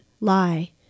lie